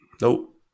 nope